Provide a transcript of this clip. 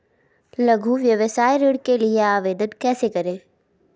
लघु व्यवसाय ऋण के लिए आवेदन कैसे करें?